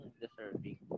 deserving